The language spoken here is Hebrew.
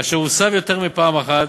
אשר הוסב יותר מפעם אחת